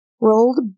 rolled